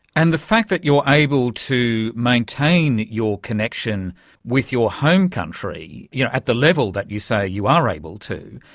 and the fact that you are able to maintain your connection with your home country you know at the level that you say you are able to,